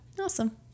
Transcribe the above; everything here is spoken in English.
Awesome